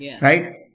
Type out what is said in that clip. right